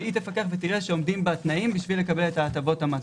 שהיא תפקח ותראה שעומדים בתנאים כדי לקבל את הטבות המס.